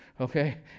Okay